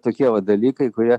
tokie va dalykai kurie